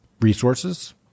resources